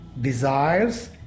desires